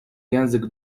język